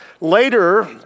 Later